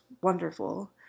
wonderful